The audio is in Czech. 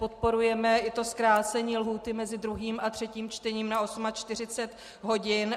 Podporujeme i zkrácení lhůty mezi druhým a třetím čtením na 48 hodin.